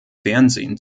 fernsehen